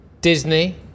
Disney